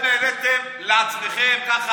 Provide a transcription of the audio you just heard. העלינו את השלמת הכנסה.